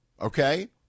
okay